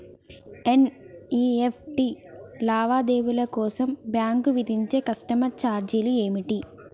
NEFT లావాదేవీల కోసం bank విధించే కస్టమర్ ఛార్జీలు ఏమిటి?